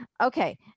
Okay